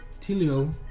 Tilio